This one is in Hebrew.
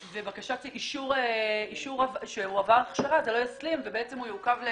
לא יהיו עבריינים סתם באופן אוטומטי?